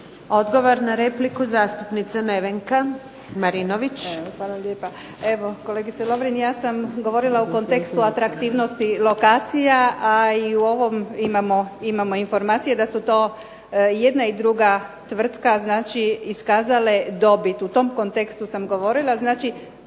Nevenka (HDZ)** Hvala lijepa. Evo kolegice Lovrin ja sam govorila u kontekstu atraktivnosti lokacija, a i u ovom imamo informacije da su to i jedna i druga tvrtka iskazale dobit. U tom kontekstu sam govorila. Koliko